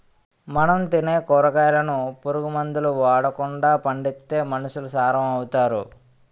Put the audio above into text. మనం తినే కూరగాయలను పురుగు మందులు ఓడకండా పండిత్తే మనుసులు సారం అవుతారు